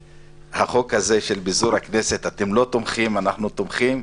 החוק הזה של פיזור אתם לא תומכים, אנחנו תומכים.